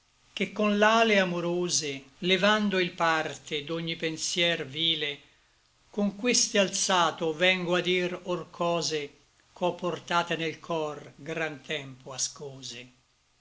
che con l'ale amorose levando il parte d'ogni pensier vile con queste alzato vengo a dir or cose ch'ò portate nel cor gran tempo ascose